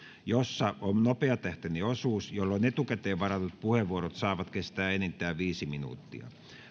jossa on nopeatahtinen osuus jolloin etukäteen varatut puheenvuorot saavat kestää enintään viisi minuuttia